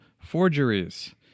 forgeries